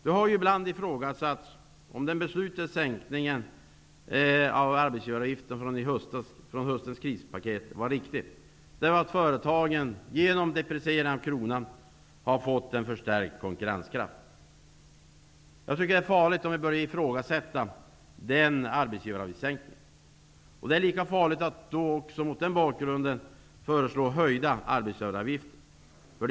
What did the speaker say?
Det har ibland ifrågasatts om den beslutade sänkningen av arbetsgivaravgiften i höstens krispaket var riktigt, med tanke på att företagen genom kronans depreciering har fått en förstärkt konkurrenskraft. Jag tycker att det är farligt att börja ifrågasätta denna arbetsgivaravgiftssänkning. Det är lika farligt att föreslå höjda arbetsgivaravgifter.